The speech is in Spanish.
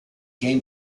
game